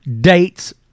dates